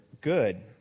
good